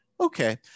okay